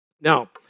Now